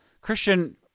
Christian